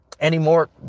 anymore